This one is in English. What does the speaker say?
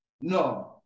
No